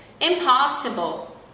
impossible